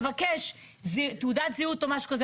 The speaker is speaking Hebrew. מבקש תעודת זהות או משהו כזה,